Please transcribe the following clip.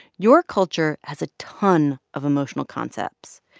your culture has a ton of emotional concepts.